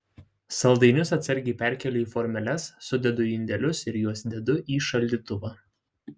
saldainius atsargiai perkeliu į formeles sudedu į indelius ir juos dedu į šaldytuvą